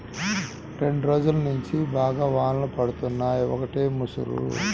రెండ్రోజుల్నుంచి బాగా వానలు పడుతున్నయ్, ఒకటే ముసురు